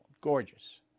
gorgeous